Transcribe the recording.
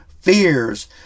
fears